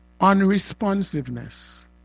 Unresponsiveness